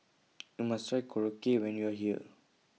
YOU must Try Korokke when YOU Are here